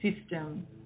system